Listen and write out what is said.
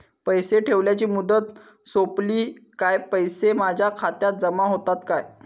पैसे ठेवल्याची मुदत सोपली काय पैसे माझ्या खात्यात जमा होतात काय?